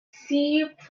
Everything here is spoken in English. framework